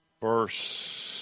Verse